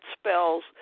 spells